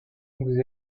vous